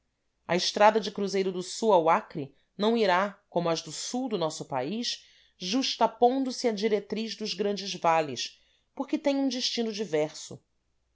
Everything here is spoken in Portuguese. a estrada de cruzeiro do sul ao acre não irá como as do sul do nosso país justapondo se à diretriz dos grandes vales porque tem um destino diverso